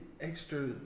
extra